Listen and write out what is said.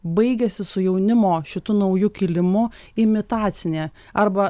baigiasi su jaunimo šitu nauju kilimu imitacinė arba